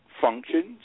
functions